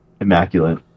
immaculate